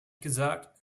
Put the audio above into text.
gesagt